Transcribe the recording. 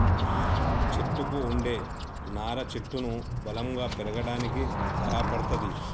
చెట్టుకు వుండే నారా చెట్టును బలంగా పెరగడానికి సాయపడ్తది